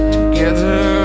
Together